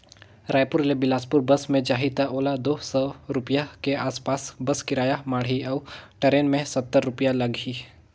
रायपुर ले बेलासपुर बस मे जाही त ओला दू सौ रूपिया के आस पास बस किराया माढ़ही अऊ टरेन मे सत्तर रूपिया लागही